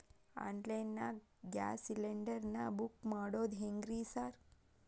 Online ನಾಗ gas cylinder ನಾ book ಮಾಡೋದ್ ಹೆಂಗ್ರಿ ಸಾರ್?